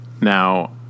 now